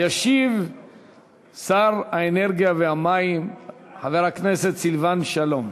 ישיב שר האנרגיה והמים חבר הכנסת סילבן שלום.